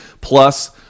Plus